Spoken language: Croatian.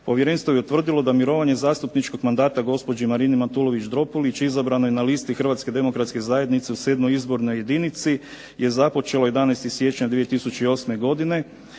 Povjerenstvo je utvrdilo da mirovanje zastupničkog mandata gospođi Marini Matulović Dropulić izabranoj na listi Hrvatske demokratske zajednice u 7. izbornoj jedinici je započelo 11. siječnja 2008. godine.